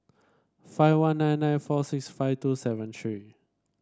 five one nine nine four six five two seven three